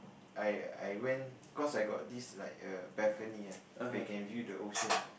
I I went cause I got this like a balcony ah where you can view the ocean